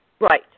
Right